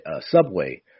subway